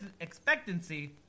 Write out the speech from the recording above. expectancy